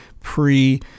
pre